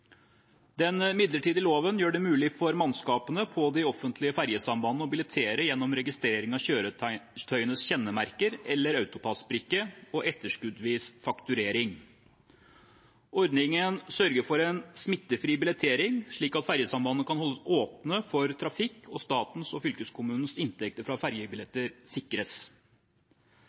Den midlertidige loven gjør det mulig for mannskapene på de offentlige ferjesambandene å billettere gjennom registrering av kjøretøyenes kjennemerker eller AutoPASS-brikke og etterskuddsvis fakturering. Ordningen sørger for en smittefri billettering, slik at ferjesambandene kan holdes åpne for trafikk og statens og fylkeskommunenes inntekter fra ferjebilletter sikres.